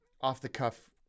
off-the-cuff